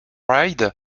ride